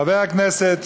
חבר הכנסת